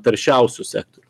taršiausių sektorių